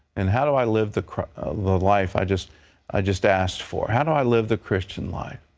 and how do i live the life i just i just asked for? how do i live the christian life?